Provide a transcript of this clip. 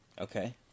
Okay